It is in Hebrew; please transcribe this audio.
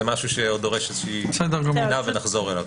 וזה משהו שדורש בדיקה ונחזור אליו.